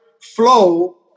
flow